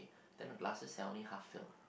then the glasses they are only half filled